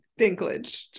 dinklage